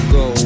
go